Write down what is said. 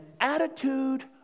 attitude